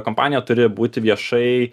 kompanija turi būti viešai